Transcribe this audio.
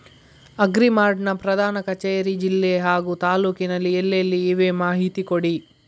Agri Mart ನ ಪ್ರಧಾನ ಕಚೇರಿ ಜಿಲ್ಲೆ ಹಾಗೂ ತಾಲೂಕಿನಲ್ಲಿ ಎಲ್ಲೆಲ್ಲಿ ಇವೆ ಮಾಹಿತಿ ಕೊಡಿ?